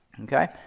Okay